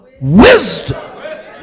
Wisdom